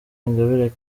ingabire